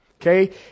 Okay